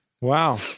Wow